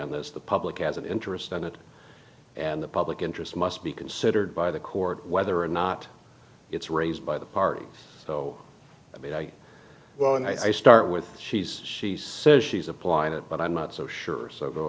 on this the public has an interest in it and the public interest must be considered by the court whether or not it's raised by the party so i mean i well and i start with she's she says she's applying it but i'm not so sure so go